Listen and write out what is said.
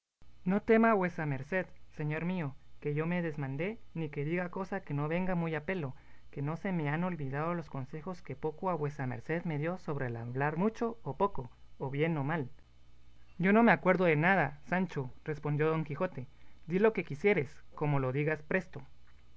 no tema vuesa merced señor mío que yo me desmande ni que diga cosa que no venga muy a pelo que no se me han olvidado los consejos que poco ha vuesa merced me dio sobre el hablar mucho o poco o bien o mal yo no me acuerdo de nada sancho respondió don quijote di lo que quisieres como lo digas presto